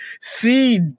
see